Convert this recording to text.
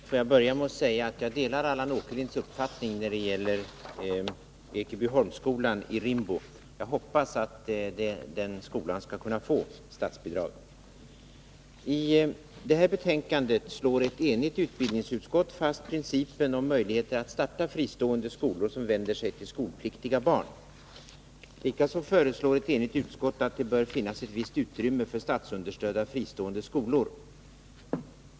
Herr talman! Får jag börja med att säga att jag delar Allan Åkerlinds uppfattning när det gäller Ekebyholmsskolan i Rimbo. Jag hoppas att den skolan skall kunna få statsbidrag. I detta betänkande slår ett enigt utskott fast principen om möjligheten att starta fristående skolor som vänder sig till skolpliktiga barn. Likaså föreslår ett enigt utskott att det bör finnas ett visst utrymme för statsunderstödda fristående skolor.